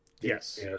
Yes